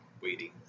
waiting